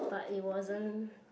but it wasn't